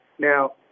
Now